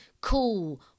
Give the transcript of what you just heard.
Cool